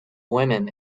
women